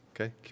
Okay